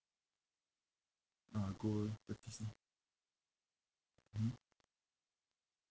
ah gold thirty cent mmhmm